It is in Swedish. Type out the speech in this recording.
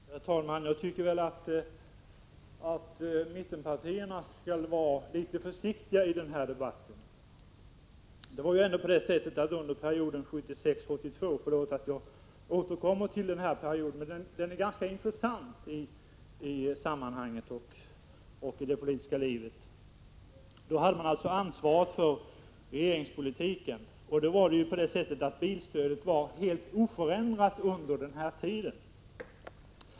Herr talman! Jag tycker att mittenpartiernas företrädare skall vara litet försiktiga i den här debatten. Under åren 1976-1982 — förlåt, att jag återkommer till den perioden, men den är ganska intressant i sammanhanget och det politiska livet — hade man ansvaret för regeringspolitiken, och bilstödet var då helt oförändrat under hela den tiden.